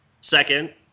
Second